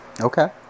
Okay